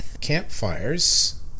Campfires